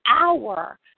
hour